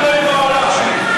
בתא